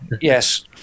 yes